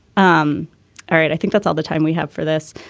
um all right. i think that's all the time we have for this.